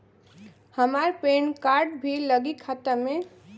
हमार PAN card भी लगी खाता में?